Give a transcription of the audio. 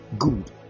Good